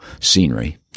scenery